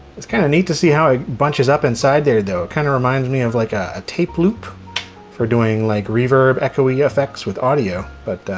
it's kind of neat to see how bunches up inside there though. it kinda reminds me of like a tape loop for doing like reverb echoey yeah effects with audio. but